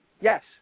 yes